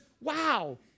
wow